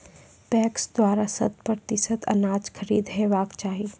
PACS द्वारा शत प्रतिसत अनाज खरीद हेवाक चाही?